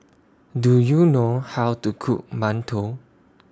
Do YOU know How to Cook mantou